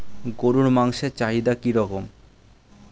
গরুর মাংসের চাহিদা কি রকম?